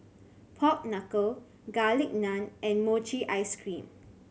pork knuckle Garlic Naan and mochi ice cream